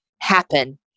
happen